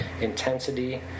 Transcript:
intensity